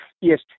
Yes